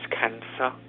cancer